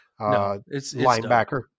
linebacker